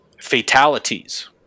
fatalities